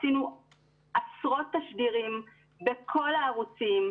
עשינו עשרות תשדירים בכל הערוצים: